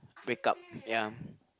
wake up ya